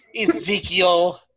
Ezekiel